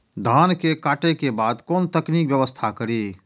धान के काटे के बाद कोन तकनीकी व्यवस्था करी?